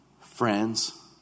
friends